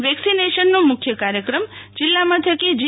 વેક્સિનેશનનો મુખ્ય કાર્યક્રમ જિલ્લા મથકે જી